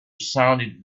sounded